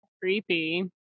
creepy